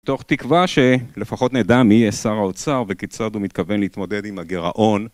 תוך תקווה שלפחות נדע מי יהיה שר האוצר וכיצד הוא מתכוון להתמודד עם הגרעון